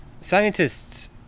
Scientists